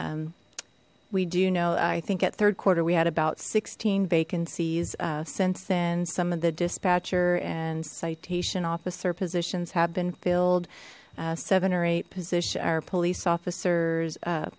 we do know i think at third quarter we had about sixteen vacancies since then some of the dispatcher and citation officer positions have been filled seven or eight position our police officers